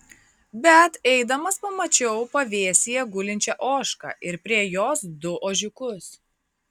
bet eidamas pamačiau pavėsyje gulinčią ožką ir prie jos du ožiukus